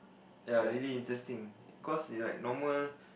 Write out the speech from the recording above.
ya really interesting cause it like normal